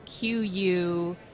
QU